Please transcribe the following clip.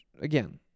again